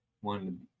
one